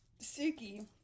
Suki